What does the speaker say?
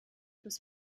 bis